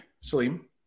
Salim